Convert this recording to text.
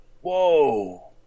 Whoa